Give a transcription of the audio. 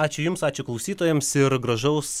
ačiū jums ačiū klausytojams ir gražaus